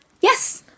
Yes